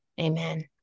Amen